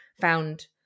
found